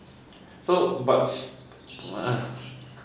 so but a'ah